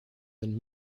than